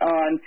on